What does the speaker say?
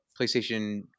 PlayStation